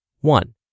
One